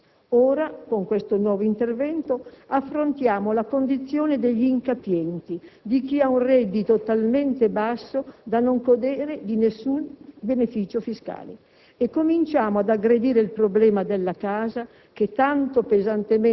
In questa politica di redistribuzione abbiamo scelto di dare priorità a interventi di grande valore sociale: nel precedente decreto di agosto abbiamo dato un segno di risarcimento sociale a quei milioni di pensionati